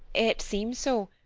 it seems so,